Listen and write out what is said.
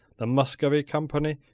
the muscovy company,